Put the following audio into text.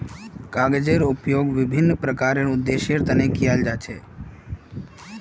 कागजेर उपयोग विभिन्न प्रकारेर उद्देश्येर तने कियाल जा छे